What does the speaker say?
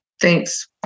Thanks